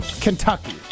Kentucky